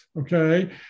okay